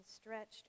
stretched